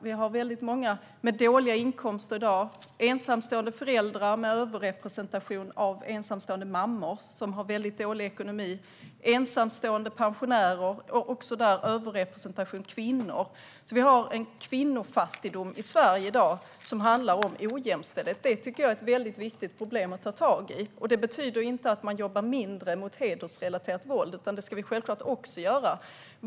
Vi har många med dåliga inkomster i dag: ensamstående föräldrar med överrepresentation av ensamstående mammor, som har väldigt dålig ekonomi, och ensamstående pensionärer, även där med överrepresentation av kvinnor. Vi har alltså en kvinnofattigdom i Sverige i dag som handlar om ojämställdhet. Det tycker jag är ett väldigt viktigt problem att ta tag i, och det betyder inte att man jobbar mindre mot hedersrelaterat våld; det ska vi självklart också göra.